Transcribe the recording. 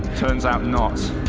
turns out not.